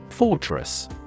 Fortress